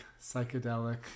psychedelic